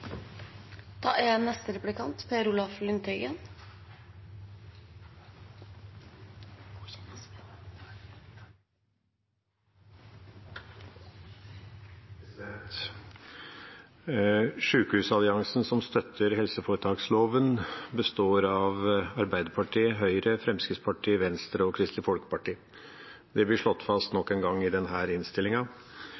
Sjukehusalliansen som støtter helseforetaksloven, består av Arbeiderpartiet, Høyre, Fremskrittspartiet, Venstre og Kristelig Folkeparti. Det blir slått fast